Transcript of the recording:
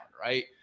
right